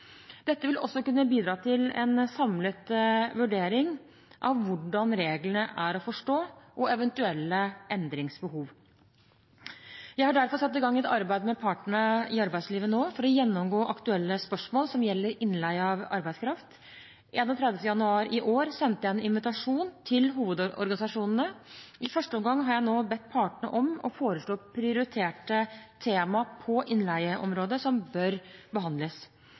Dette vil også kunne bidra til en samlet vurdering av hvordan reglene er å forstå og eventuelle endringsbehov. Jeg har derfor satt i gang et arbeid med partene i arbeidslivet nå for å gjennomgå aktuelle spørsmål som gjelder innleie av arbeidskraft. Den 31. januar i år sendte jeg en invitasjon til hovedorganisasjonene. I første omgang har jeg bedt partene om å foreslå prioriterte tema på innleieområdet som bør behandles.